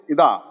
Ida